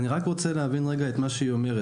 אני רק רוצה להבין רגע את מה שהיא אומרת.